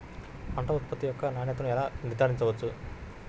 పంట ఉత్పత్తి యొక్క నాణ్యతను ఎలా నిర్ధారించవచ్చు?